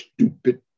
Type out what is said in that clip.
stupid